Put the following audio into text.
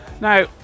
Now